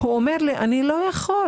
הוא אומר לי: "אני לא יכול.